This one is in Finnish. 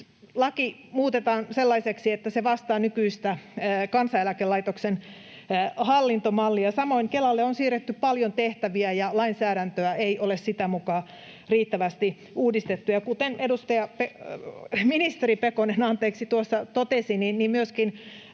laki muutetaan sellaiseksi, että se vastaa nykyistä Kansaneläkelaitoksen hallintomallia. Samoin Kelalle on siirretty paljon tehtäviä, ja lainsäädäntöä ei ole sitä mukaa riittävästi uudistettu. Ja kuten ministeri Pekonen tuossa totesi, nyt